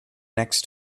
next